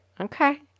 Okay